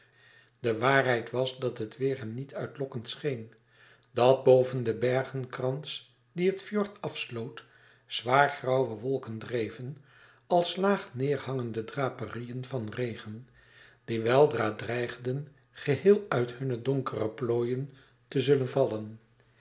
de waarheid was dat het weêr hem niet uitlokkend scheen dat boven den bergenkrans die het fjord afsloot zwaar grauwe wolken dreven als laag neêrhangende draperieën van regen die weldra dreigden geheel uit hunne donkere plooien te zullen vallen